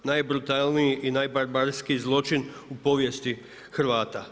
Najbrutalniji i najbarbarskiji zločin u povijesti Hrvata.